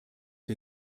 der